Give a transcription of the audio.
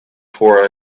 for